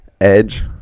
edge